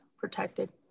protected